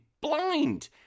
blind